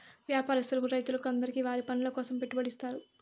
వ్యాపారస్తులకు రైతులకు అందరికీ వారి పనుల కోసం పెట్టుబడి ఇత్తారు